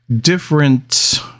different